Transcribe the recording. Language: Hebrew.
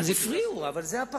אז הפריעו, אבל זה הפרלמנט.